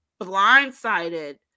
blindsided